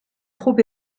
trop